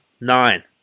nine